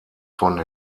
von